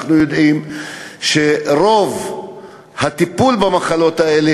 אנחנו יודעים שרוב הטיפול במחלות האלה